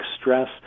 stress